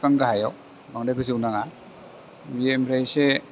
बिफां गाहायाव बांद्राय गोजौ नाङा बियो ओमफ्राय एसे